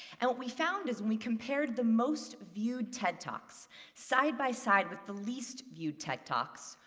and we found as we compared the most viewed ted talks side by side with the least viewed ted talks,